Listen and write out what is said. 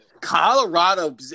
Colorado